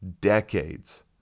decades